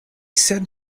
said